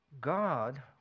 God